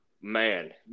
Man